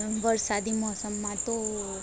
વરસાદી મોસમમાં તો